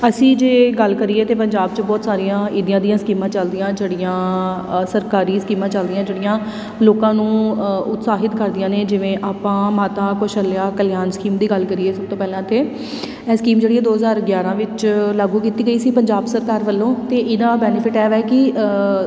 ਅਸੀਂ ਜੇ ਗੱਲ ਕਰੀਏ ਤਾਂ ਪੰਜਾਬ 'ਚ ਬਹੁਤ ਸਾਰੀਆਂ ਇਹਦੀਆਂ ਦੀਆਂ ਸਕੀਮਾਂ ਚੱਲਦੀਆਂ ਜਿਹੜੀਆਂ ਸਰਕਾਰੀ ਸਕੀਮਾਂ ਚੱਲਦੀਆਂ ਜਿਹੜੀਆਂ ਲੋਕਾਂ ਨੂੰ ਅ ਉਤਸ਼ਾਹਿਤ ਕਰਦੀਆਂ ਨੇ ਜਿਵੇਂ ਆਪਾਂ ਮਾਤਾ ਕੌਸ਼ਲਿਆ ਕਲਿਆਣ ਸਕੀਮ ਦੀ ਗੱਲ ਕਰੀਏ ਸਭ ਤੋਂ ਪਹਿਲਾਂ ਤਾਂ ਇਹ ਸਕੀਮ ਜਿਹੜੀ ਹੈ ਦੋ ਹਜ਼ਾਰ ਗਿਆਰਾਂ ਵਿੱਚ ਲਾਗੂ ਕੀਤੀ ਗਈ ਸੀ ਪੰਜਾਬ ਸਰਕਾਰ ਵੱਲੋਂ ਅਤੇ ਇਹਦਾ ਬੈਨੀਫਿਟ ਐ ਕਿ